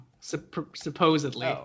Supposedly